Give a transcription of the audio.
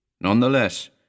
Nonetheless